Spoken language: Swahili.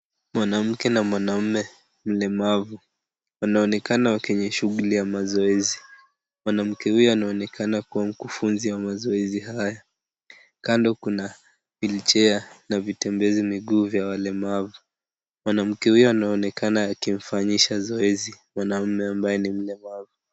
Mwanamke na mwanaume mlemavu wanaonekana kwenye shughuli ya mazoezi. Mwanamke huyo anaonekana kwa mkufunzi wa mazoezi haya. Kando kuna wheelchair na vitembezi miguu vya walemavu. Mwanamke huyo anaonekana akimfanyisha zoezi mwanamume ambaye ni mlemavu.